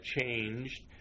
changed